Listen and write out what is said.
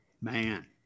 Man